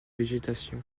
végétation